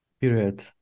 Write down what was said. period